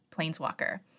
planeswalker